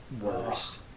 worst